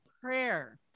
prayer